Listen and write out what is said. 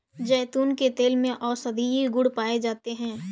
जैतून के तेल में औषधीय गुण पाए जाते हैं